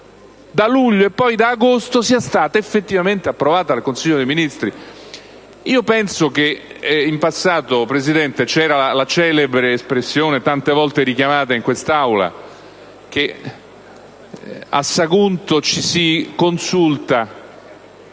da luglio e poi da agosto, sia stata effettivamente approvata dal Consiglio dei ministri. In passato, signor Presidente, ricorreva la celebre espressione, tante volte richiamata in quest'Aula, che "mentre a Roma